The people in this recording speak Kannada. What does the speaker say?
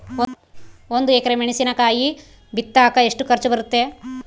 ಒಂದು ಎಕರೆ ಮೆಣಸಿನಕಾಯಿ ಬಿತ್ತಾಕ ಎಷ್ಟು ಖರ್ಚು ಬರುತ್ತೆ?